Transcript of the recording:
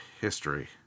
history